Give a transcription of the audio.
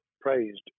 praised